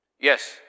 Yes